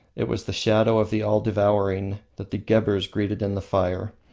it was the shadow of the all-devouring that the gheburs greeted in the fire.